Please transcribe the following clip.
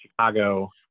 chicago